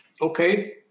Okay